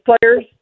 players